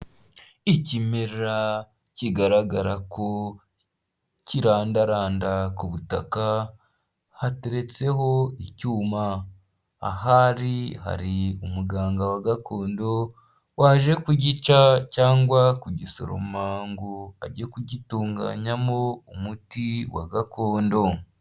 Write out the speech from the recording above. Ikimera kigaragara ko kirandaranda ku butaka, hateretseho icyuma ahari hari umuganga wa gakondo waje kugica cyangwa kugisoroma ngo ajye kugitunganyamo umuti wa gakondo.